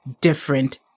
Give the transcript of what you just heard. different